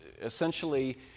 essentially